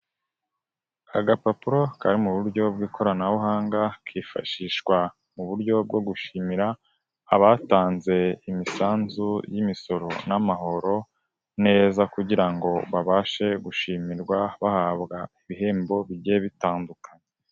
Agapapuro kari mu buryo bw'ikoranabuhanga, kifashishwa mu buryo bwo gushimira abatanze imisanzu y'imisoro n'amahoro neza, kugira ngo babashe gushimirwa bahabwa ibihembo bigiye bitandukanye.